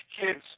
kids